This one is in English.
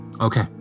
okay